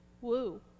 Woo